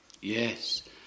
Yes